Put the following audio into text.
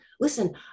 listen